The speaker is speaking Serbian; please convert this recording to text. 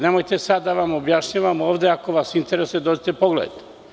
Nemojte sada da vam objašnjavam ovde, ako vas interesuje, dođite, pogledajte.